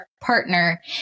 partner